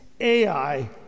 ai